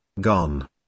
gone